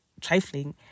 trifling